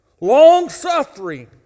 long-suffering